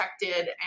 protected